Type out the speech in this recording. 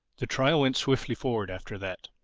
the trial went swiftly forward after that.